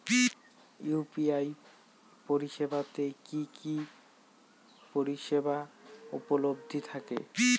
UPI পরিষেবা তে কি কি পরিষেবা উপলব্ধি থাকে?